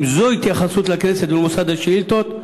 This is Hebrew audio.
אם זו ההתייחסות לכנסת ולמוסד השאילתות,